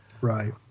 Right